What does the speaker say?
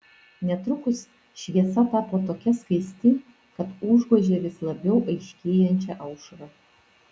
netrukus šviesa tapo tokia skaisti kad užgožė vis labiau aiškėjančią aušrą